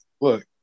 look